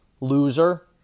Loser